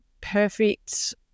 perfect